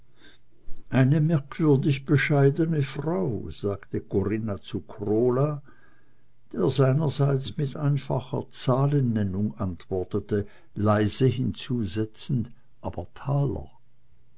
eine merkwürdig bescheidene frau sagte corinna zu krola der seinerseits mit einfacher zahlennennung antwortete leise hinzusetzend aber taler